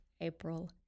April